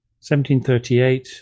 1738